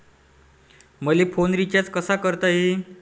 मले phone recharge कसा करता येईन?